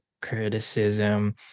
criticism